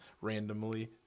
randomly